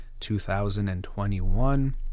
2021